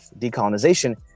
decolonization